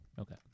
Okay